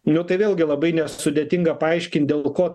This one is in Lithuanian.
nu tai vėlgi labai nesudėtinga paaiškint dėl ko